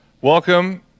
Welcome